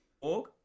Org